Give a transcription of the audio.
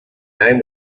name